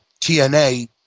TNA